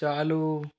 चालू